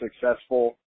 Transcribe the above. successful